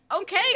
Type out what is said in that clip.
okay